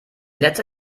letzte